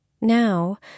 Now